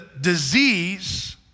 disease